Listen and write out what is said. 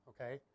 okay